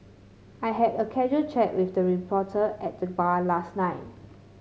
I had a casual chat with the reporter at the bar last night